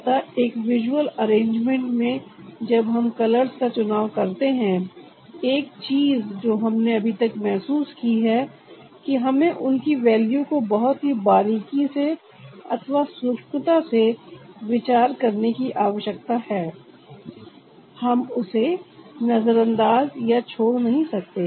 अतः एक visual arrangement में जब हम कलर्स का चुनाव करते हैं एक चीज जो हमने अभी तक महसूस की है कि हमें उनकी वैल्यू को बहुत ही बारीकी से अथवा सूक्ष्मता से विचार करने की आवश्यकता है हम उसे नजरअंदाज या छोड़ नहीं सकते